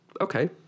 okay